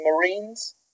marines